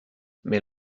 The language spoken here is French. mais